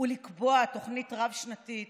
ולקבוע תוכנית רב-שנתית